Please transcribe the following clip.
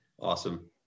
Awesome